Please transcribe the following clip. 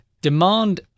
Demand